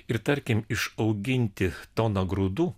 ir tarkim išauginti toną grūdų